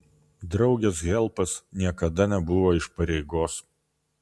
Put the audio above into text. draugės helpas niekada nebuvo iš pareigos